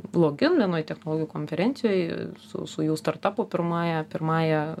login vienoj technologijų konferencijoj su su jų startapu pirmąja pirmąja